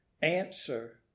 Answer